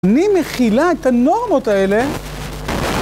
אני מכילה את הנורמות האלה.